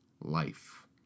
life